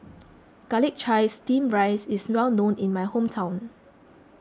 Garlic Chives Steamed Rice is well known in my hometown